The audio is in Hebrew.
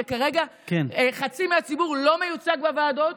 וכרגע חצי מהציבור לא מיוצג בוועדות